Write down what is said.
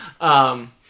Um-